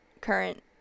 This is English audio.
current